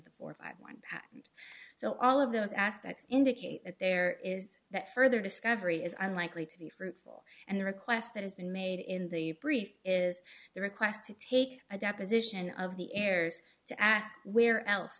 the four five one patent so all of those aspects indicate that there is that further discovery is unlikely to be fruitful and the request that has been made in the brief is the request to take a deposition of the heirs to ask where else